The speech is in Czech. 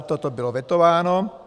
Toto bylo vetováno.